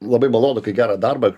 labai malonu kai gerą darbą